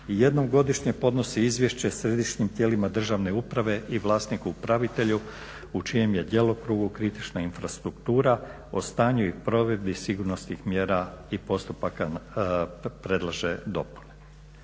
Jednom godišnje podnosi izvješće središnjim tijelima državne uprave i vlasniku upravitelju u čijem je djelokrugu kritična infrastruktura o stanju i provedbi sigurnosnih mjera i postupaka predlaže dopune.